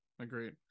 Agreed